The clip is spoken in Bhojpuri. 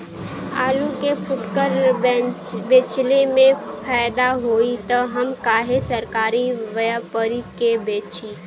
आलू के फूटकर बेंचले मे फैदा होई त हम काहे सरकारी व्यपरी के बेंचि?